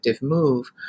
move